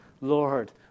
Lord